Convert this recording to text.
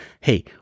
hey